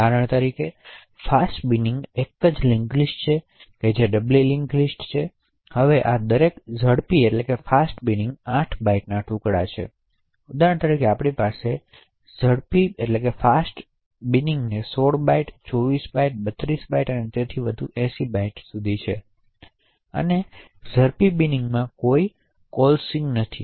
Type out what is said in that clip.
ઉદાહરણ તરીકે fast binning એક જ લિન્ક લિસ્ટ છે તે ડબલ લિંક્સ લિસ્ટ નથી હવે આ દરેક ઝડપી બીનીંગ 8 બાઇટ ટુકડામાં છે તેથી ઉદાહરણ તરીકે આપણી પાસે ઝડપી બાઈન્સ 16 બાઇટ્સ 24 બાઇટ્સ 32 બાઇટ્સ અને તેથી વધુ 80 બાઇટ્સ સુધી છે અને ઝડપી બિનિંગમાં પણ કોઈ કોલસીંગ નથી